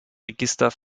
register